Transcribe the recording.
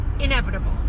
Inevitable